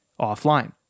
offline